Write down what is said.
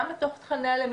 גם בתוך תכני הלמידה,